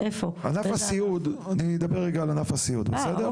אני אדבר רגע על ענף הסיעוד, בסדר?